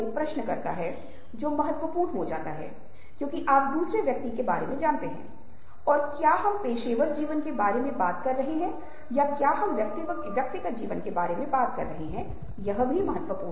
जिज्ञासा एक नए व्यक्ति के रूप में नए की खोज करना एक अजनबी व्यक्ति के बारे में किसी भी प्रकार के अपमान या असमानता की भावना के बिना किसी अन्य व्यक्ति के बारे में जानने की सच्ची इच्छा है या किसी के मन में तिरस्कार है और यह पहली चीज है जो हमारे पास है